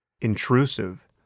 intrusive